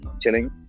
chilling